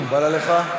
מקובל עליך?